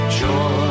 joy